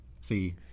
See